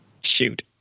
shoot